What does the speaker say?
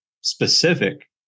specific